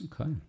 Okay